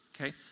Okay